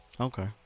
Okay